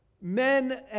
men